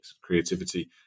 creativity